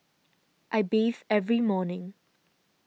I bathe every morning